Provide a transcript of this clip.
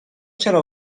چرا